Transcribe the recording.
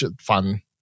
fun